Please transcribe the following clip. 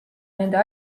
nende